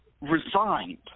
resigned